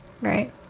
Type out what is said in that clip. right